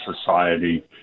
society